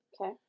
Okay